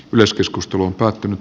myös keskustelu on päättynyt